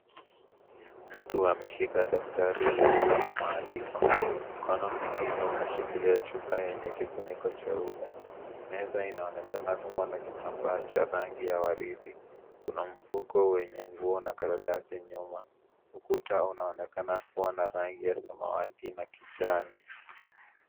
Mtu ameshika daftari lililo na maandiko, mkono mwingine umeshikilia chupa yenye kifuniko cheupe meza inaonekana kuwa na kitambaa cha rangi ya waridi kuna mfuko wenye nguo na karatasi nyuma, ukuta unaonekana kuwa na rangi ya samawati na kijani.